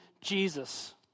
Jesus